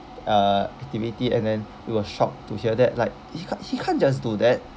uh activity and then we were shocked to hear that like he can't he can't just do that